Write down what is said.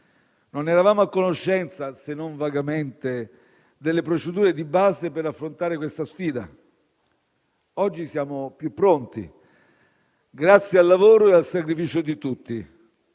Non eravamo a conoscenza, se non vagamente, delle procedure di base per affrontare questa sfida. Oggi siamo più pronti, grazie al lavoro e al sacrificio di tutti.